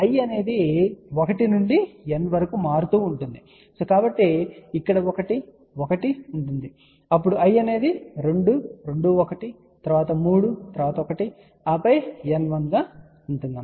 i అనేది 1 నుండి N వరకు మారుతూ ఉంటుంది కాబట్టి ఇక్కడ 1 1 ఉంటుంది అప్పుడు i అనేది 2 2 1 తరువాత 3 1 ఆపై N 1 గా ఉంటుంది